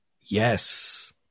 yes